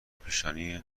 پیشانی